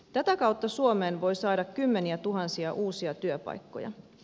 tätä kautta suomeen voi saada kymmeniätuhansia uusia työpaikkoja